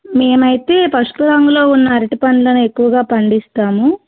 మేమయితే పసుపు రంగులో ఉన్న అరటిపండ్లను ఎక్కువగా పండిస్తాము